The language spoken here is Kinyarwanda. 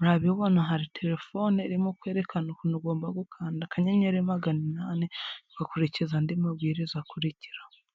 urabibona hari terefone irimo kwerekana ukuntu ugomba gukanda akanyenyeri magana inani, ugakurikiza andi mabwiriza akurikiraho.